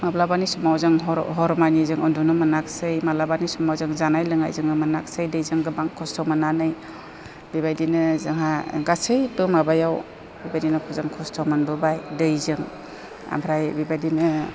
माब्लाबानि समाव जों हर हरमानि जों उन्दुनो मोनाखिसै मालाबानि समाव जों जानाय लोंनाय जोङो मोनाखिसै दैजों गोबां खस्थ' मोननानै बेबायदिनो जोंहा गासैबो माबायाव बेबायदिनो जों खस्थ' मोनबोबाय दैजों आमफ्राय बेबायदिनो